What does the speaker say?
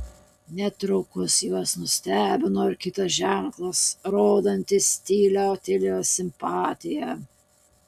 netrukus juos nustebino ir kitas ženklas rodantis tylią otilijos simpatiją